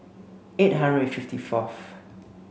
eight hundred fifty fourth